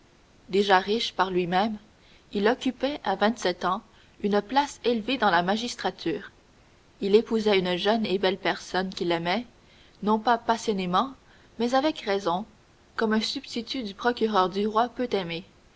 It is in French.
déjà riche par lui-même il occupait à vingt-sept ans une place élevée dans la magistrature il épousait une jeune et belle personne qu'il aimait non pas passionnément mais avec raison comme un substitut du procureur du roi peut aimer